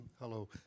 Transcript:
Hello